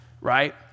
right